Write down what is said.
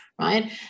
right